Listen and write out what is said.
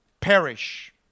perish